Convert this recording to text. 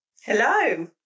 Hello